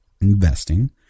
Investing